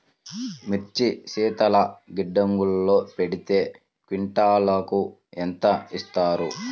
మిర్చి శీతల గిడ్డంగిలో పెడితే క్వింటాలుకు ఎంత ఇస్తారు?